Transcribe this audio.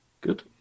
Good